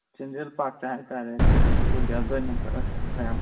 children ꯄꯥꯛꯇ ꯍꯥꯏꯇꯔꯦ ꯑꯩꯈꯣꯏ ꯁꯤ ꯁꯤꯄꯨꯔꯒꯤ ꯑꯗꯨꯗ ꯑꯣꯏꯅ ꯆꯠꯂꯁꯦꯅ ꯃꯌꯥꯝ